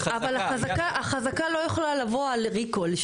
אבל החזקה, החזקה לא יכולה לבוא על ריקול.